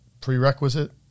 prerequisite